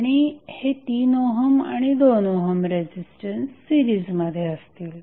आणि हे 3 ओहम आणि 2 ओहम रेझिस्टन्स सीरिजमध्ये असतील